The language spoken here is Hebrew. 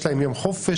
יש להם יום חופש,